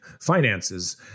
finances